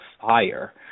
Fire